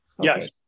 Yes